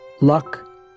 Luck